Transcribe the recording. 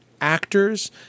actors